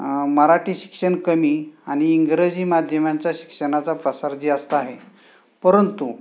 मराठी शिक्षण कमी आणि इंग्रजी माध्यमांच्या शिक्षणाचा प्रसार जास्त आहे परंतु